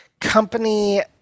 company